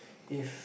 if